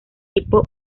tipo